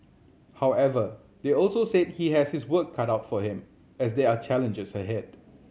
however they also said he has his work cut out for him as there are challenges ahead